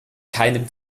keinem